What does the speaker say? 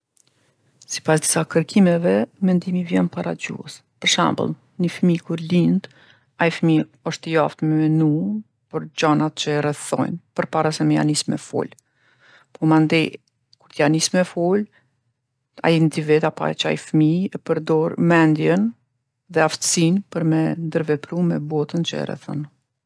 Sipas disa kërkimeve, mendimi vjen para gjuhës. Për shembull, ni fmi kur lindë, ai fmi osht i aftë me menu për gjanat që e rrethojin përpara se me ia nisë me folë. Po mandej, kur t'ja nisë me folë, ai individ apo qaj fmi, e përdorë mendjen dhe aftsinë për me ndërvepru me botën që e rrethon.